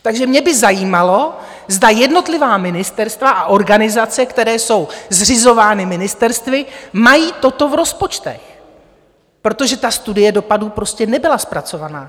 Takže mě by zajímalo, zda jednotlivá ministerstva a organizace, které jsou zřizovány ministerstvy, mají toto v rozpočtech, protože studie dopadů prostě nebyla zpracovaná.